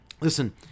Listen